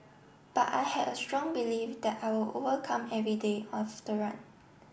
but I had a strong belief that I will overcome every day of the run